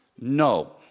No